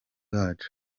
bacu